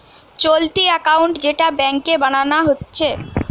চলতি একাউন্ট যেটা ব্যাংকে বানানা হচ্ছে